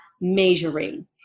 measuring